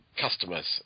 customers